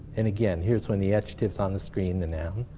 and again, here's when the adjective's on the screen, the noun.